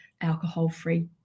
alcohol-free